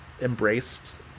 embraced